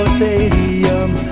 Stadium